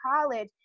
college